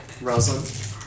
Rosalind